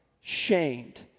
shamed